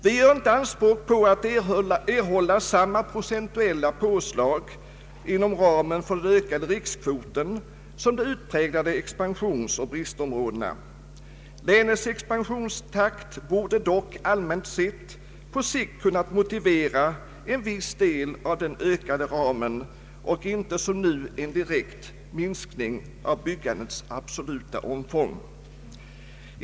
Vi gör inte anspråk på att erhålla samma procentuella påslag inom ramen för den ökade rikskvoten som de utpräglade expansionsoch bristområdena. Länets expansionstakt borde dock, allmänt sett, på sikt kunna motivera en viss del av den ökade ramen och inte som nu en direkt minskning av byggandets absoluta omfång.